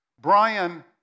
Brian